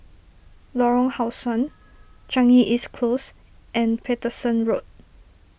Lorong How Sun Changi East Close and Paterson Road